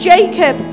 Jacob